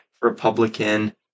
republican